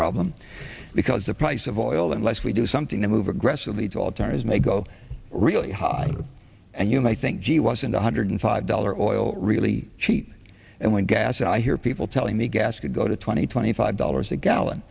problem because the price of oil unless we do something to move aggressively to alternatives may go really high and you might think gee wasn't one hundred five dollars oil really cheat and when gas i hear people telling me gas could go to twenty twenty five dollars a gallon